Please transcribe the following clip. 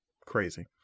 crazy